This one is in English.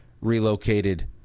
relocated